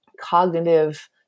cognitive